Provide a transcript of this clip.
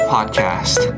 Podcast